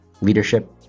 Leadership